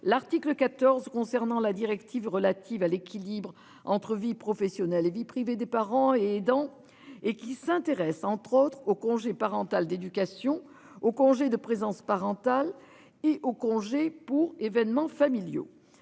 l'article 14 concernant la directive relative à l'équilibre entre vie professionnelle et vie privée des parents et dans et qui s'intéresse entre autres au congé parental d'éducation au congé de présence parentale et aux congés pour événements familiaux.